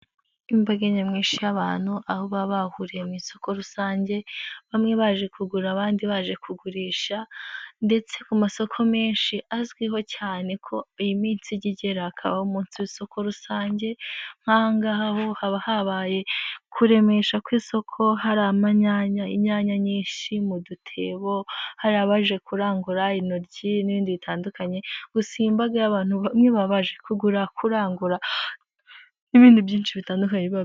Imbaga nyamwinshi y'abantu, aho baba bahuriye mu isoko rusange, bamwe baje kugura abandi baje kugurisha, ndetse ku masoko menshi azwiho cyane ko iyi minsi ijya igera hakaba umunsi w'isoko rusange, nkaha haba habaye kuremesha kw'isoko hari amanyanya, inyanya nyinshi mu dutebo, hari abaje kurangura, intoryi n'ibindi bitandukanye, gusa iyi mbaga y'abantu bamwe babaje kugura, kurangura n'ibindi byinshi bitandukanye.